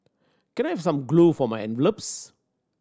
can I have some glue for my envelopes